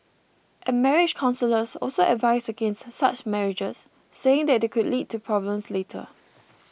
and marriage counsellors also advise against such marriages saying that it could lead to problems later